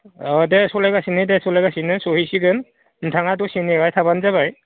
अ दे सालायगासिनो दे सालायगासिनो सहैसिगोन नोंथाङा दसे नेबाय थाब्लानो जाबाय